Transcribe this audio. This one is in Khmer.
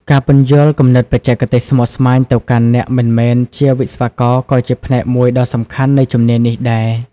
ការពន្យល់គំនិតបច្ចេកទេសស្មុគស្មាញទៅកាន់អ្នកមិនមែនជាវិស្វករក៏ជាផ្នែកមួយដ៏សំខាន់នៃជំនាញនេះដែរ។